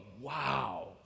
wow